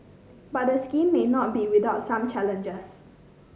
but the scheme may not be without some challenges